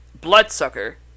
bloodsucker